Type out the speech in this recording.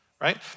right